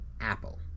Apple